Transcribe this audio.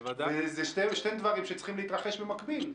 אלה שני דברים שצריכים להתרחש במקביל.